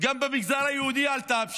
עלתה גם במגזר היהודי.